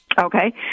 Okay